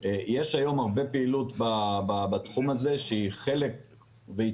יש היום הרבה פעילות בתחום הזה שהיא חלק והיא